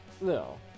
No